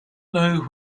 know